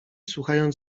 słuchając